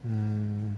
um